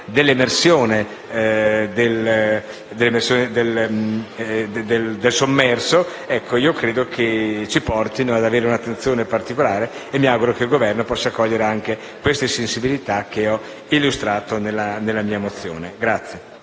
all'emersione del sommerso - e credo ci portino ad avere un'attenzione particolare. Mi auguro pertanto che il Governo possa cogliere queste sensibilità che ho illustrato nella mia mozione.